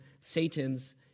Satan's